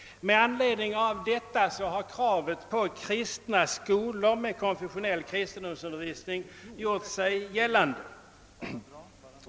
Med anledning av detta har kravet på kristna skolor med konfessionell kristendomsundervisning gjort sig gällande.